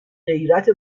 غیرت